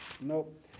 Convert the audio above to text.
nope